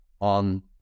on